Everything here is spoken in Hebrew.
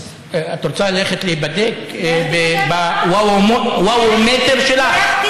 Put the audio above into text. את רוצה ללכת להיבדק ב"וואומטר" שלך?